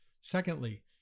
Secondly